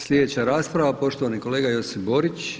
Slijedeća rasprava poštovani kolega Josip Borić.